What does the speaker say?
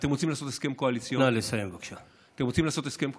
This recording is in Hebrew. אתם רוצים לעשות הסכם קואליציוני?